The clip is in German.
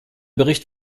bericht